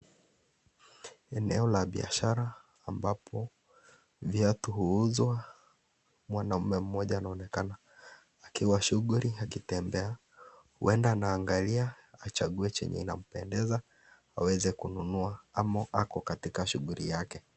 Eneo la biashara ambapo viatu huuzwa. Mwanaume mmoja anaonekana akiwa shughuli wakitembea huenda anaangalia achague chenye inampendeza aweze kununua ama ako katika shughuli yake.